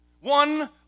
one